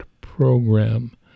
program